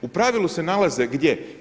U pravilu se nalaze gdje?